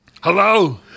Hello